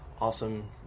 awesome